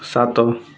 ସାତ